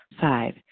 Five